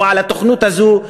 או על התוכנית הזאת,